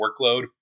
workload